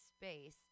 space